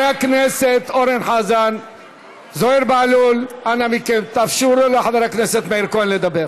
להרחיב את חוק השוויון לאנשים עם מוגבלויות,